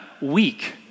weak